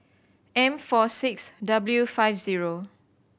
M four six W five zero